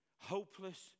hopeless